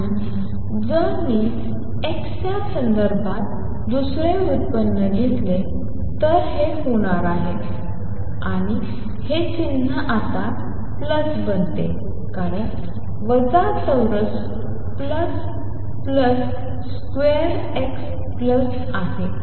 म्हणून जर मी x च्या संदर्भात दुसरे व्युत्पन्न घेतले तर हे 1v2 ∂2t2 होणार आहे आणि हे चिन्ह आता प्लस बनते कारण वजा चौरस plus plus square x plus आहे